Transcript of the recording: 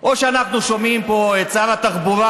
או שאנחנו שומעים פה את שר התחבורה.